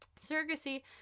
surrogacy